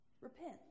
Repent